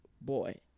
boy